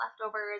leftovers